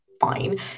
fine